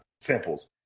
samples